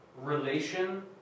relation